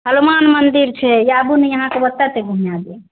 हलुमान मंदिर छै आबू ने अहाँके घूमा देब